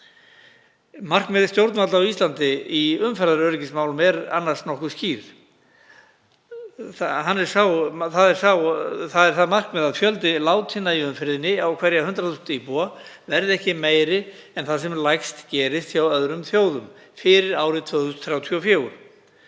Markmið stjórnvalda á Íslandi í umferðaröryggismálum er annars nokkuð skýrt. Það er að fjöldi látinna í umferðinni á hverja 100.000 íbúa verði ekki meiri en þar sem lægst gerist hjá öðrum þjóðum, fyrir árið 2034,